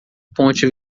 ponte